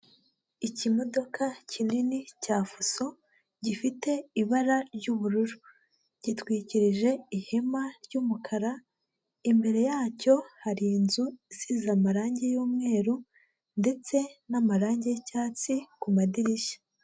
Ikimodoka kinini cya Fuso, gifite ibara ry'ubururu. Gitwikirije ihema ry'umukara, imbere yacyo hari inzu isize amarangi y'umweru ndetse n'amarangi y'icyatsi ku madirishya.